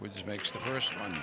which makes the first one